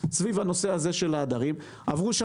אני